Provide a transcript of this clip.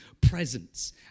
presence